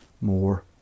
more